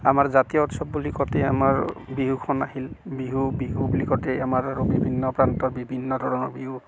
আমাৰ জাতীয় উৎসৱ বুলি কওঁতে আমাৰ বিহুখন আহিল বিহু বিহু বুলি কওঁতে আমাৰ আৰু বিভিন্ন প্ৰান্তৰ বিভিন্ন ধৰণৰ বিহু